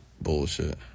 bullshit